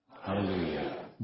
Hallelujah